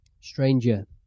Stranger